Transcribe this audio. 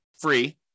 Free